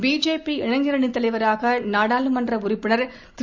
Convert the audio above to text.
BJP இளைஞர் அணித் தலைவராக நாடாளுமன்ற உறுப்பினர் திரு